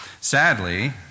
Sadly